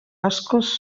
askoz